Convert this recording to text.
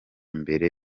mbere